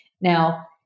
Now